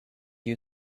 you